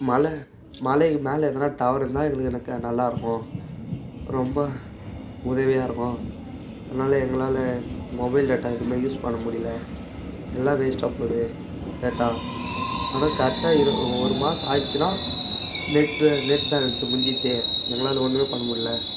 மலை மலை மேலே எதனால் டவரு இருந்தால் எங்களுக்கு எனக்கு நல்லாயிருக்கும் ரொம்ப உதவியாக இருக்கும் அதனால் எங்களால் மொபைல் டேட்டா எதுவுமே யூஸ் பண்ண முடியல எல்லாம் வேஸ்டாக போகுது டேட்டா ஆனால் கரெக்டா இரு ஒரு மாதம் ஆயிடுச்சினா நெட்டு நெட் பேலன்ஸ் முடிஞ்சிடுது எங்களால் ஒன்றுமே பண்ணமுடில்ல